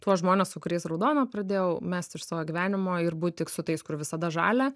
tuos žmones su kuriais raudona pradėjau mest iš savo gyvenimo ir būt tik su tais kur visada žalia